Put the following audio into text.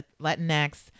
latinx